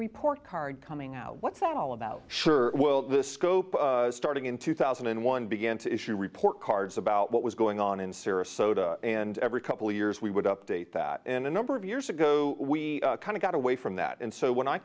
report card coming out what's that all about sure well the scope starting in two thousand and one began to issue report cards about what was going on in syria soda and every couple of years we would update that in a number of years ago we kind of got away from that and so when i